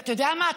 אתה יודע מה?